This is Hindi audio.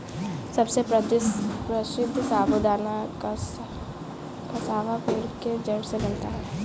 सबसे प्रसिद्ध साबूदाना कसावा पेड़ के जड़ से बनता है